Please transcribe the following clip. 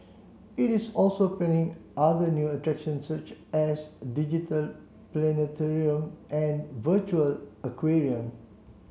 it is also planning other new attractions such as a digital planetarium and a virtual aquarium